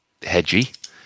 hedgy